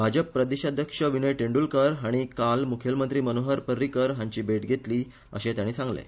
भाजप प्रदेशाध्यक्ष विनय तेंड्रलकार हांणी आयज मुखेलमंत्री मनोहर पर्रीकार हांची भेट घेतली अशें तांणी सांगलें